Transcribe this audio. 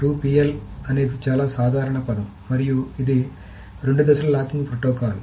2 PL అనేది చాలా సాధారణ పదం మరియు ఇది రెండు దశల లాకింగ్ ప్రోటోకాల్